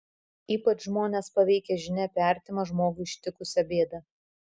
ypač žmones paveikia žinia apie artimą žmogų ištikusią bėdą